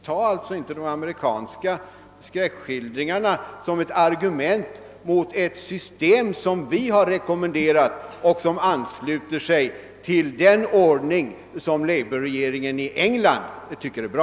Ta inte de amerikanska <skräckskildringarna som argument mot ett system som vi har rekommenderat och som ansluter sig till den ordning som labourregeringen i England tycker är bra.